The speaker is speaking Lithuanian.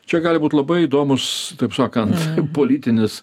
čia gali būt labai įdomūs taip sakant politinis